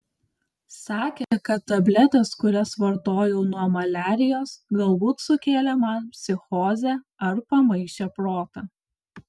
sakė kad tabletės kurias vartojau nuo maliarijos galbūt sukėlė man psichozę ar pamaišė protą